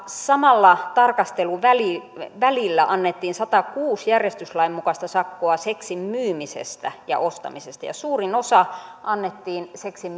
samalla tarkasteluvälillä annettiin sadankuuden järjestyslain mukaista sakkoa seksin myymisestä ja ostamisesta ja suurin osa annettiin seksin